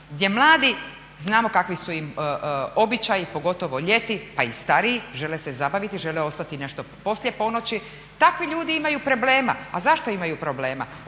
gdje mladi znamo kakvi su im običaji pogotovo ljeti, pa i stariji žele se zabaviti, žele ostati nešto poslije ponoći takvi ljudi imaju problema, a zašto imaju problema,